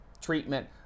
treatment